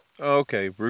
Okay